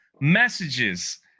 messages